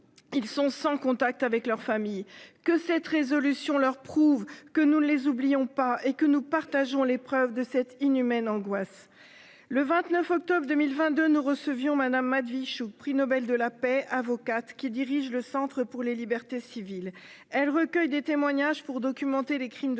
Ils sont sans contact avec leur famille que cette résolution leur prouve que nous ne les oublions pas et que nous partageons les preuves de cette inhumaine angoisse le 29 octobre 2022. Nous recevions Madame Hadewijch, Prix Nobel de la paix avocate qui dirige le Centre pour les libertés civiles, elle recueille des témoignages pour documenter les crimes de